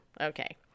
Okay